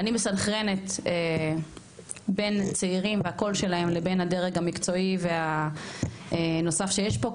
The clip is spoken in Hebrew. אני מסנכרנת בין צעירים והקול שלהם לבין הדרג המקצועי והנוסף שיש פה,